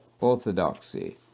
orthodoxy